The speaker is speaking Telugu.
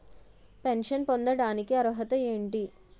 పెన్షన్ పొందడానికి అర్హత ఏంటి?